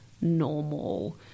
normal